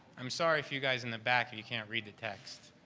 i'm sorry, if you guys in the back if you can't read the text.